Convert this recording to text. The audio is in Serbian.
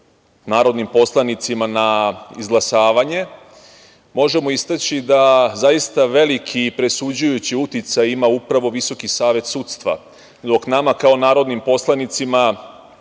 narodnim poslanicima na izglasavanje, možemo istaći da zaista veliki i presuđujući uticaj ima upravo VSS, dok nama kao narodnim poslanicima